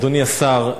אדוני השר,